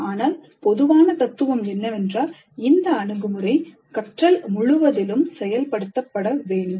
ஆனால் பொதுவான தத்துவம் என்னவென்றால் இந்த அணுகுமுறை கற்றல் முழுவதிலும் செயல்படுத்தப்பட வேண்டும்